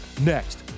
Next